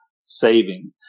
saving